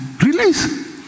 release